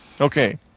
Okay